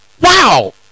Wow